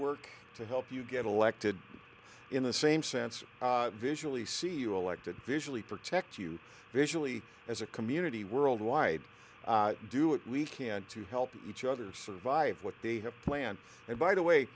work to help you get elected in the same sense visually see you elected visually protect you visually as a community worldwide do at least can to help each other survive what they have planned and by the way